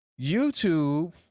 YouTube